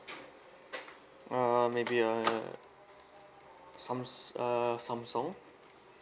uh maybe uh sam~ uh Samsung